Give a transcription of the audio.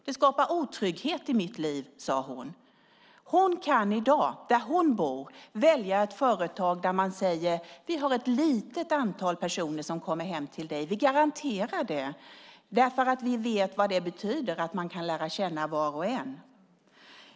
Det skapar otrygghet i mitt liv, sade hon. Hon kan i dag där hon bor välja ett företag som säger: Vi har ett litet antal personer som kommer hem till dig. Vi garanterar det, för vi vet vad det betyder att man kan lära känna var och en.